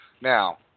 Now